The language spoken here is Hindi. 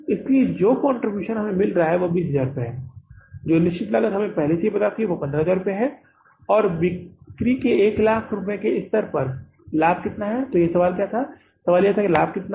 इसलिए जो कंट्रीब्यूशन हमें मिल रहा है वह 20000 है जो निश्चित लागत हमने पहले ही पता लगा ली है वह 15000 है और अब बिक्री के 100000 लाख के स्तर पर लाभ है तो यहाँ सवाल क्या था सवाल यह था कि लाभ क्या था